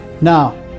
Now